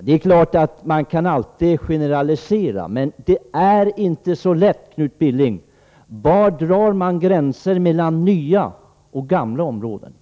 Det är klart att man alltid kan generalisera. Men det här är inte så lätt, Knut Billing. Var drar man gränser mellan exempelvis nya och gamla områden?